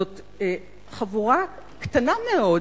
זאת חבורה קטנה מאוד,